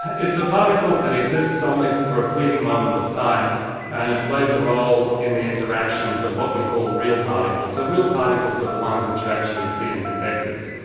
it's a particle that exists only for a fleeting moment of time and it plays a role in the interactions of what we call real particles. so real particles are the ones that you actually see in detectors,